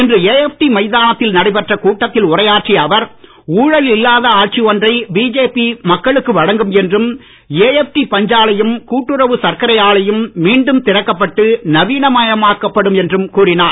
இன்று ஏஎப்டி மைதானத்தில் நடைபெற்ற கூட்டத்தில் உரையாற்றிய அவர் ஊழல் இல்லாத ஆட்சி ஒன்றை பிஜேபி மக்களுக்கு வழங்கும் என்றும் ஏஎப்டி பஞ்சாலையும் கூட்டுறவு சர்க்கரை ஆலையும் மீண்டும் திறக்கப்பட்டு நவீனமாக்கப்படும் என்றும் கூறினார்